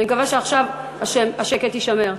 אני מקווה שעכשיו השקט יישמר.